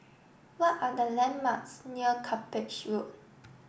what are the landmarks near Cuppage Road